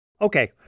Okay